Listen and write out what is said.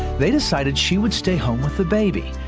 they decided she would stay home with the baby.